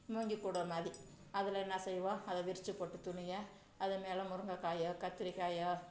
மூங்கில் கூட மாதி அதில் என்ன செய்வோம் அதை விரிச்சு போட்டு துணியை அது மேலே முருங்கைக்காயோ கத்தரிக்காயோ